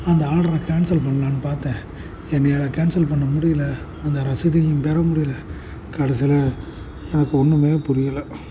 அந்த ஆர்டரை கேன்சல் பண்ணலானு பார்த்தேன் என்னையால் கேன்சல் பண்ண முடியலை அந்த ரசீதையும் பெற முடியலை கடைசியில் எனக்கு ஒன்றுமே புரியலை